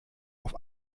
auf